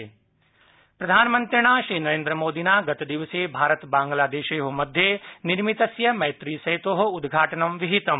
प्रधानमंत्री मैत्री सेत् प्रधानमंत्रिणा श्रीनरेन्द्रमोदिना गतदिवसे भारत बांग्लादेशयोः मध्ये निर्मितस्य मैत्री सेतोः उद्घाटनं विहितम्